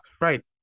right